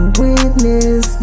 witness